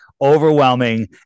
overwhelming